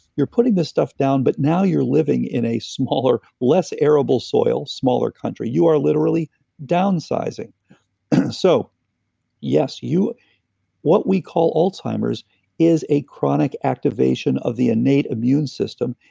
you're putting this stuff down, but now you're living in a smaller, less arable soil, smaller country. you are literally downsizing so yes, what we call alzheimer's is a chronic activation of the innate immune system,